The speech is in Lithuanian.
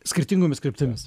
skirtingomis kryptimis